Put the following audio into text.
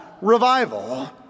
revival